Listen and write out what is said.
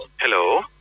Hello